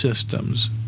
systems